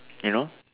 you know